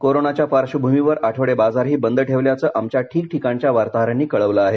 कोरोनाच्या पार्श्वभूमीवर आठवडे बाजारही बंद ठेवल्याचं आमच्या ठिकठिकाणच्या वार्ताहरांनी कळवलं आहे